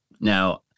Now